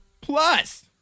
plus